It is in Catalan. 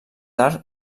tard